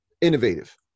innovative